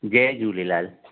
Jay Jhulelal